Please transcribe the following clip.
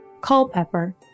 Culpepper